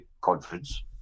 conference